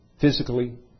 physically